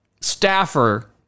staffer